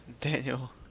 Daniel